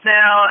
now